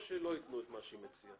או לא יתנו את מה שהיא מציעה?